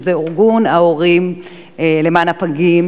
שזה ארגון ההורים למען הפגים.